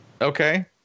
Okay